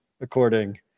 according